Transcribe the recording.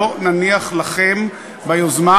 לא נניח לכם ביוזמה